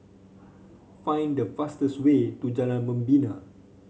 find the fastest way to Jalan Membina